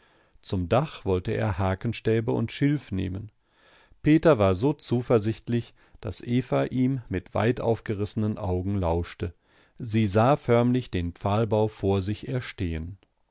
zum dach wollte er hakenstäbe und schilf nehmen peter war so zuversichtlich daß eva ihm mit weit aufgerissenen augen lauschte sie sah förmlich den pfahlbau vor sich erstehen